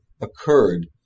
occurred